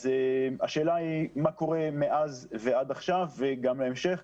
אז השאלה היא מה קורה מאז ועד עכשיו וגם להמשך.